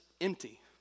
empty